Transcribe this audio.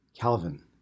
Calvin